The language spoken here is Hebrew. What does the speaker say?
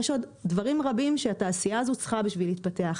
יש עוד דברים רבים שהתעשייה הזו צריכה בשביל להתפתח.